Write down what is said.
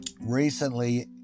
recently